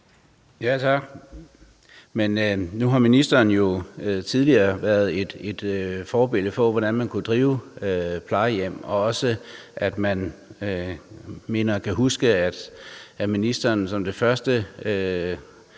Tak. Nu har ministeren jo tidligere været et forbillede for, hvordan man kunne drive plejehjem, og jeg mener også at kunne huske, at ministeren som det første